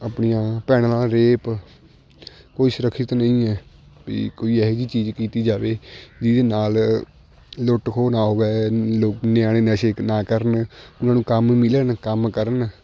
ਆਪਣੀਆਂ ਭੈਣਾਂ ਨਾਲ ਰੇਪ ਕੋਈ ਸੁਰੱਖਿਅਤ ਨਹੀਂ ਹੈ ਵੀ ਕੋਈ ਇਹੋ ਜਿਹੀ ਚੀਜ਼ ਕੀਤੀ ਜਾਵੇ ਜਿਹਦੇ ਨਾਲ ਲੁੱਟ ਖੋਹ ਨਾ ਹੋਵੇ ਲੋ ਨਿਆਣੇ ਨਸ਼ੇ ਨਾ ਕਰਨ ਉਹਨਾਂ ਨੂੰ ਕੰਮ ਮਿਲਣ ਕੰਮ ਕਰਨ